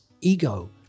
ego